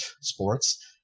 sports